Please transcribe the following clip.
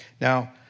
Now